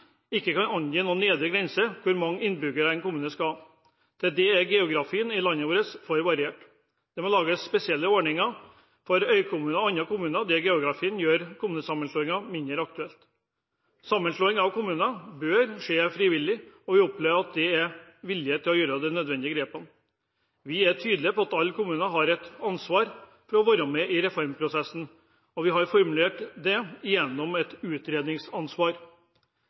ikke kan angi noen nedre grense for hvor mange innbyggere en kommune skal ha – til det er geografien i landet vårt for variert. Det må lages spesielle ordninger for øykommuner og andre kommuner der geografien gjør kommunesammenslåing mindre aktuelt. Sammenslåing av kommuner bør skje frivillig, og vi opplever at det er vilje til å gjøre de nødvendige grepene. Vi er tydelige på at alle kommuner har et ansvar for å være med i reformprosessen, og vi har formulert dette gjennom et utredningsansvar.